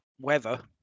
weather